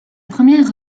premières